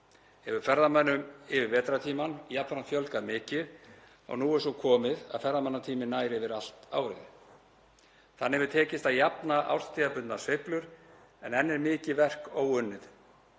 Hefur ferðamönnum yfir vetrartímann jafnframt fjölgað mikið og nú er svo komið að ferðamannatíminn nær yfir allt árið. Þannig hefur tekist að jafna árstíðabundnar sveiflur en enn er mikið verk óunnið.